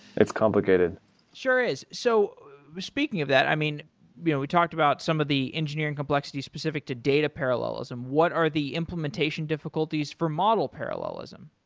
it's complicated. it sure is. so speaking of that, i mean we and we talked about some of the engineering complexities specific to data parallelism. what are the implementation difficulties for model parallelism?